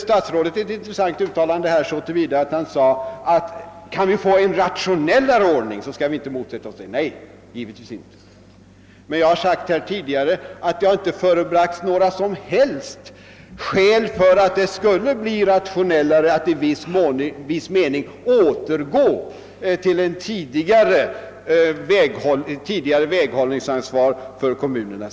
Statsrådet gjorde ett intressant uttalande när han sade: Kan vi få en rationellare ordning skall vi inte motsätta oss den. Det har emellertid inte, som jag tidigare framhållit, förebragts några som helst skäl för att det skulle bli rationellare att i viss mån återgå till tidigare väghållningsansvar för kommunerna.